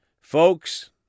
Folks